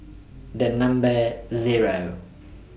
The Number Zero